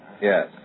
Yes